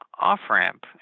off-ramp